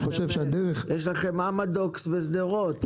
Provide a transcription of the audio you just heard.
יש לכם אמדוקס בשדרות.